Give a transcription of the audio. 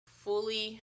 fully